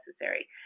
necessary